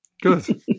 Good